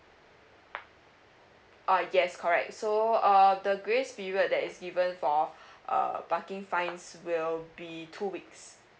uh yes correct so uh the grace period that is given for uh parking fines will be two weeks